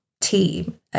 team